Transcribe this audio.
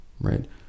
right